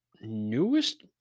newest